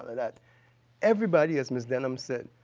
that everybody, as miss denham said,